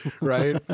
right